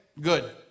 good